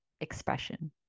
expression